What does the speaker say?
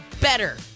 better